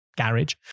garage